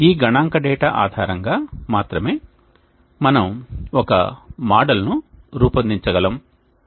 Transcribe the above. ఈ గణాంక డేటా ఆధారంగా మాత్రమే మనము ఒక మోడల్ ను రూపొందిచగలము